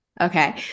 Okay